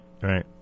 Right